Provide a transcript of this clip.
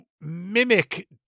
mimic